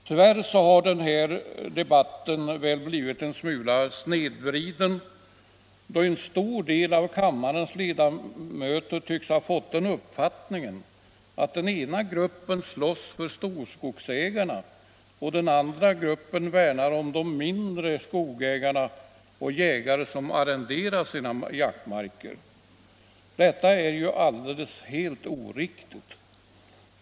Tyvärr har debatten blivit en smula snedvriden, då en stor del av kammarens ledamöter har fått den uppfattningen att den ena gruppen slåss för storskogsägarna och den andra värnar om de mindre skogsägarna och jägare som arrenderar sina jaktmarker. Detta är helt oriktigt.